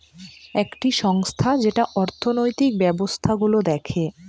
একটি সংস্থা যেটা অর্থনৈতিক ব্যবস্থা গুলো দেখে